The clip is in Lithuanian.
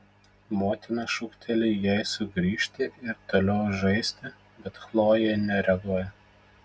motina šūkteli jai sugrįžti ir toliau žaisti bet chlojė nereaguoja